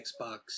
Xbox